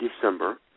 December